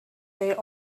their